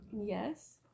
Yes